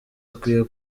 akwiye